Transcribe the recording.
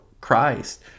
Christ